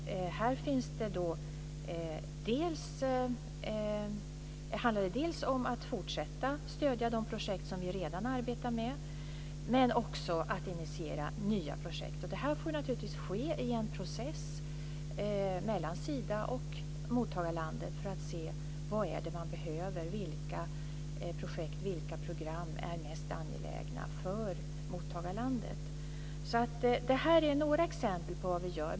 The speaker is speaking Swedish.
Här handlar det dels om att fortsätta stödja de projekt som vi redan arbetar med, dels också om att initiera nya projekt. Det får naturligtvis ske i en process mellan Sida och mottagarlandet för att se vad det är man behöver och vilka projekt och program som är mest angelägna för mottagarlandet. Det är några exempel på vad vi gör.